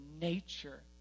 nature